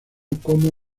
como